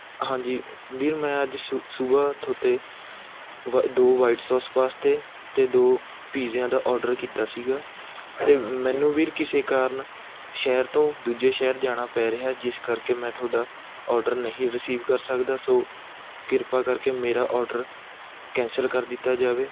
ਹਾਂਜੀ ਵੀਰ ਮੈਂ ਅੱਜ ਸੁਬਾਹ ਥੌਤੇ ਦੋ ਵਾਈਟ ਸੌਸ ਪਾਸਤੇ ਅਤੇ ਦੋ ਪੀਜ਼ਿਆਂ ਦਾ ਆਰਡਰ ਕੀਤਾ ਸੀ ਅਤੇ ਮੈਨੂੰ ਵੀਰ ਕਿਸੇ ਕਾਰਨ ਸ਼ਹਿਰ ਤੋਂ ਦੂਜੇ ਸ਼ਹਿਰ ਜਾਣਾ ਪੈ ਰਿਹਾ ਹੈ ਜਿਸ ਕਰਕੇ ਮੈਂ ਤੁਹਾਡਾ ਆਰਡਰ ਨਹੀਂ ਰਸੀਵ ਕਰ ਸਕਦਾ ਸੋ ਕ੍ਰਿਪਾ ਕਰਕੇ ਮੇਰਾ ਆਰਡਰ ਕੈਂਸਲ ਕਰ ਦਿੱਤਾ ਜਾਵੇ